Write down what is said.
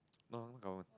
no our